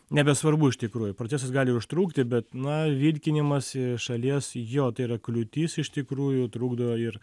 nebesvarbu iš tikrųjų procesas gali ir užtrukti bet na vilkinimas šalies jo tai yra kliūtis iš tikrųjų trukdo ir